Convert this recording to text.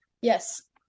Yes